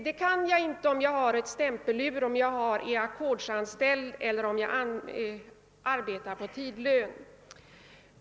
Det kan jag inte om jag har ett stämpelur, om jag är ackordsanställd eller om jag arbetar på tidlön.